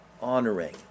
honoring